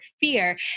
fear